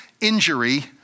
injury